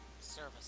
service